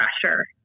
pressure